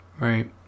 Right